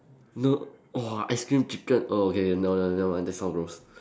no !whoa! ice cream chicken okay no no no that sounds gross